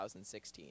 2016